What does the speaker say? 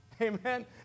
Amen